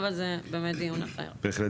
אבל זה באמת דיון אחר.